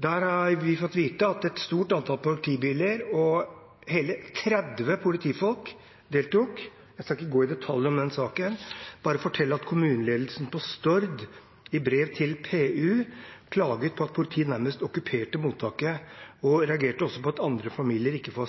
Der har vi fått vite at et stort antall politibiler og hele 30 politifolk deltok. Jeg skal ikke gå i detalj om saken, bare fortelle at kommuneledelsen på Stord i brev til PU klaget på at politiet nærmest okkuperte mottaket. De reagerte også på at andre familier ikke